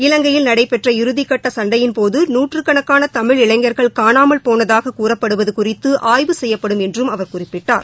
இலங்கையில் நடைபெற்ற இறுதிக்கட்ட சண்டையின்போது நூற்றுக்கணக்காள தமிழ் இளைஞா்கள் காணாமல் போனதாக கூறப்படுவது குறித்து ஆய்வு செய்யப்படும் என்றும் அவர் குறிப்பிட்டார்